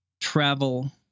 travel